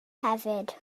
hefyd